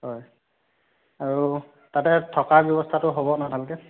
হয় আৰু তাতে থকা ব্যৱস্থাটো হ'ব ন' তেনেকে